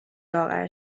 لاغر